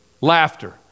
laughter